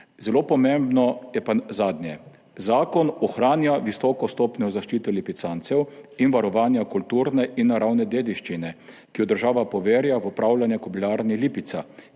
Zelo pomembno je pa zadnje. Zakon ohranja visoko stopnjo zaščite lipicancev in varovanja kulturne in naravne dediščine, ki jo država poverja v upravljanje Kobilarni Lipica,